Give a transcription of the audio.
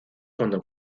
cuando